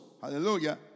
Hallelujah